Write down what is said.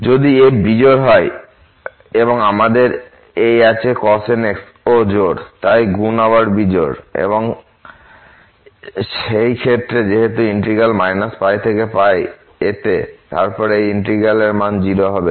এবং যদি f বিজোড় হয় এবং আবার আমাদের এই cos nx ও জোড় তাই গুণ আবার বিজোড় এবং সেই ক্ষেত্রে যেহেতু ইন্টিগ্র্যাল থেকে থেকে এতে তারপর এই ইন্টিগ্র্যাল এর মান 0 হবে